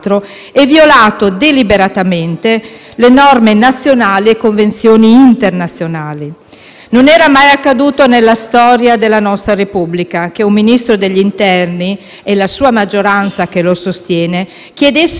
Non era mai accaduto nella storia della nostra Repubblica che un Ministro dell'interno e la sua maggioranza che lo sostiene chiedessero di negare l'autorizzazione a procedere in nome di un supposto e preminente interesse pubblico,